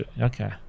okay